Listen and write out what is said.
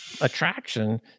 attraction